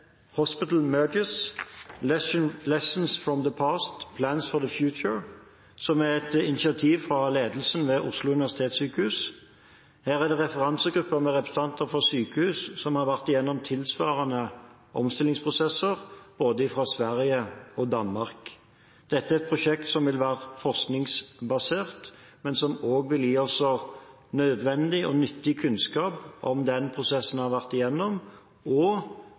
lessons from the past, plans for the future», som er et initiativ fra ledelsen ved Oslo universitetssykehus. Her er det referansegruppe med representanter fra sykehus som har vært gjennom tilsvarende omstillingsprosesser i både Sverige og Danmark. Dette er et prosjekt som vil være forskningsbasert, men som også vil gi oss nødvendig og nyttig kunnskap om den prosessen man har vært gjennom, og